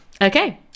Okay